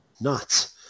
nuts